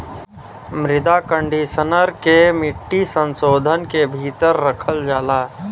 मृदा कंडीशनर के मिट्टी संशोधन के भीतर रखल जाला